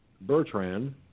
Bertrand